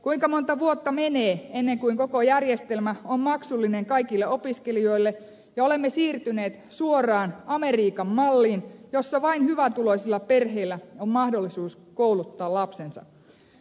kuinka monta vuotta menee ennen kuin koko järjestelmä on maksullinen kaikille opiskelijoille ja olemme siirtyneet suoraan ameriikan malliin jossa vain hyvätuloisilla perheillä on mahdollisuus kouluttaa lapsensa